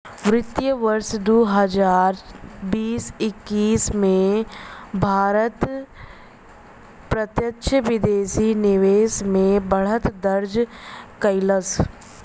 वित्त वर्ष दू हजार बीस एक्कीस में भारत प्रत्यक्ष विदेशी निवेश में बढ़त दर्ज कइलस